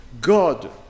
God